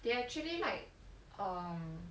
they actually like um